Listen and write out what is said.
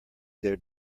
their